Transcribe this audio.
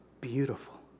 beautiful